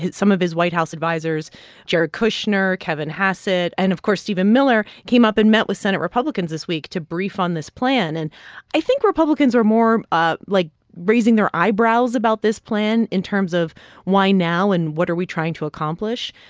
some of his white house advisers jared kushner, kevin hassett and, of course, stephen miller came up and met with senate republicans this week to brief on this plan. and i think republicans are more, like, raising their eyebrows about this plan in terms of why now, and what are we trying to accomplish?